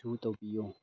ꯏꯁꯨ ꯇꯧꯕꯤꯌꯣ